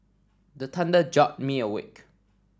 the thunder jolt me awake